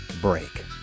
Break